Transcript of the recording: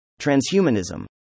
Transhumanism